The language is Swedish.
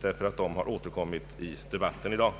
för att de återkommit i debatten i dag.